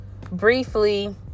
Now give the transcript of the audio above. briefly